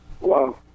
Wow